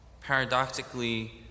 Paradoxically